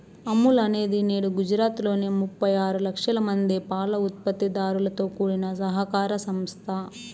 అమూల్ అనేది నేడు గుజరాత్ లోని ముప్పై ఆరు లక్షల మంది పాల ఉత్పత్తి దారులతో కూడిన సహకార సంస్థ